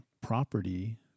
property